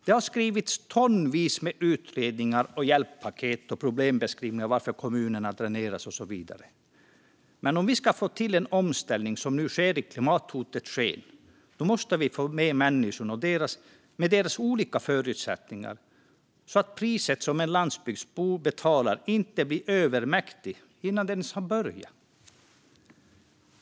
Det har skrivits tonvis med utredningar, hjälppaket och problembeskrivningar om varför kommuner dränerats och så vidare. Men om vi ska få till den omställning som nu ska ske i klimathotets sken måste vi få med människorna med deras olika förutsättningar så att priset som en landsbygdsbo betalar inte blir övermäktigt innan omställningen ens har börjat.